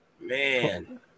Man